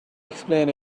explain